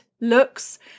looks